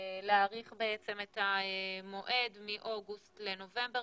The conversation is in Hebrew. להאריך את המועד מאוגוסט לנובמבר,